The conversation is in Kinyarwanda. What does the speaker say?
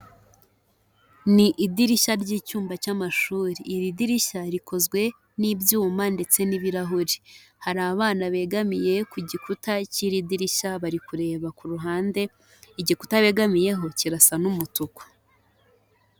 Ni idirishya ry'icyumba cy'amashuri, iri dirishya rikozwe n'ibyuma ndetse n'ibirahuri, hari abana begamiye ku gikuta cy'iri dirishya bari kureba ku ruhande, igikuta begamiyeho kirasa n'umutuku.